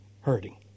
hurting